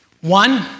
One